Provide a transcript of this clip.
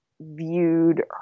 viewed